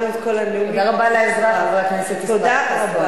תודה רבה על העזרה, חבר הכנסת ישראל